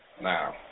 Now